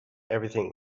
everything